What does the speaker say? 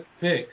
pick